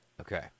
Okay